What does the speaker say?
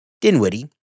Dinwiddie